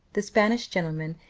the spanish gentleman,